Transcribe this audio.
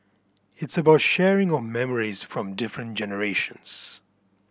it's about sharing of memories from different generations